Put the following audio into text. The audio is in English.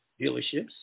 dealerships